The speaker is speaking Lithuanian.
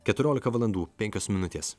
keturiolika valandų penkios minutės